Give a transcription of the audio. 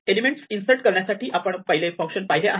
elements insert करण्यासाठी आपण पहिले फंक्शन पाहिले आहे